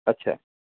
अच्छा